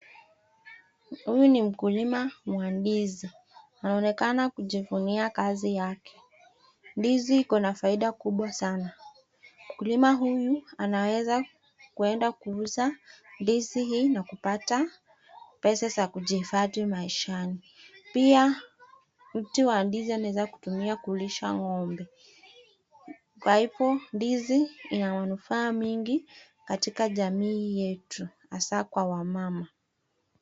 Huyu ni mkulima wa ndizi. Anaonekana kujivunia kazi yake. Ndizi iko na faida kubwa sanaa. Mkulima huyu anaweza kuenda kuuza ndizi hii na kupata pesa za kujihifadhi maishani. Pia mtu wa ndizi anaweza kutumia kulisha ngombe. Kwa hivyo, ndizi ina manufaa mengi katika jamii yetu hasaa kwa wamama.